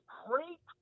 great